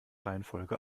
reihenfolge